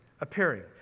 appearing